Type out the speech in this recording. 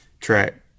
Track